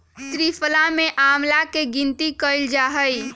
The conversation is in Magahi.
त्रिफला में आंवला के गिनती कइल जाहई